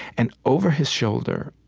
and over his shoulder,